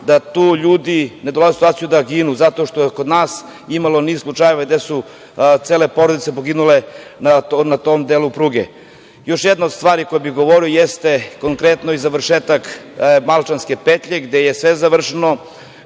da tu ljudi ne dolaze u situaciju da ginu, zato što je kod nas imalo niz slučajeva gde su cele porodice poginule na tom delu pruge. Još jedna stvar o kojoj bi govorio jeste konkretno i završetak Malčanske petlje gde je sve završeno,